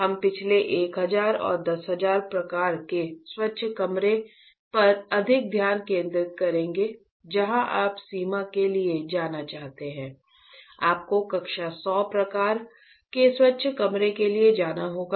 हम पिछले 1000 और 10000 प्रकार के स्वच्छ कमरे पर अधिक ध्यान केंद्रित करेंगे जहां आप सीमा के लिए जाना चाहते हैं आपको कक्षा 100 प्रकार के स्वच्छ कमरे के लिए जाना होगा